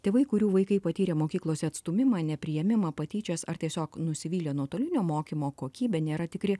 tėvai kurių vaikai patyrę mokyklose atstūmimą nepriėmimą patyčios ar tiesiog nusivylę nuotolinio mokymo kokybe nėra tikri